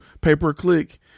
pay-per-click